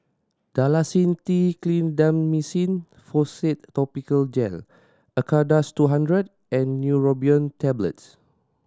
Dalacin T Clindamycin Phosphate Topical Gel Acardust two hundred and Neurobion Tablets